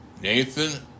Nathan